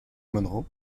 monroe